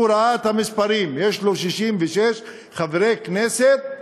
הוא ראה את המספרים, יש לו 66 חברי כנסת,